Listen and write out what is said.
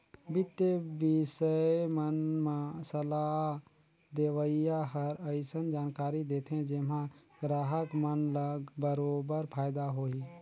बित्तीय बिसय मन म सलाह देवइया हर अइसन जानकारी देथे जेम्हा गराहक मन ल बरोबर फायदा होही